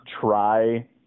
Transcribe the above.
try